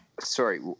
Sorry